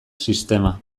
sistema